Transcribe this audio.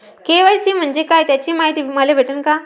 KYC म्हंजे काय त्याची मायती मले भेटन का?